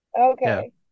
Okay